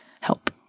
Help